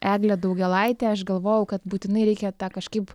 eglė daugėlaitė aš galvojau kad būtinai reikia tą kažkaip